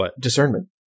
discernment